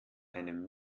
einem